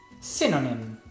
synonym